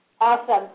awesome